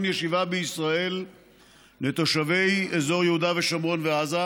ישיבה בישראל לתושבי יהודה ושומרון ועזה,